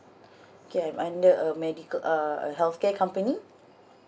okay I'm under a medical uh a healthcare company